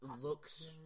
looks